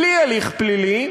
בלי הליך פלילי,